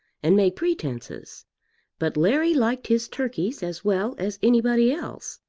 and make pretences but larry liked his turkeys as well as anybody else,